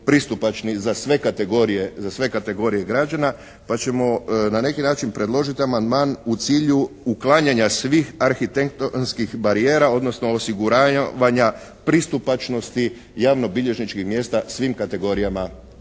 pristupačni za sve kategorije građana, pa ćemo na neki način predložiti amandman u cilju uklanjanja svih arhitektonskih barijera, odnosno osiguravanja pristupačnosti javnobilježničkih mjesta svim kategorijama